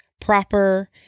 proper